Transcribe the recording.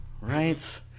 Right